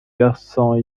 versant